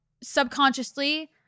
subconsciously